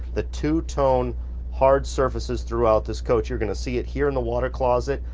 the two-tone hard surfaces throughout this coach, you're gonna see it here in the water closet,